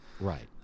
Right